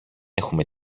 έχουμε